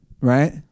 Right